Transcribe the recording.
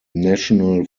national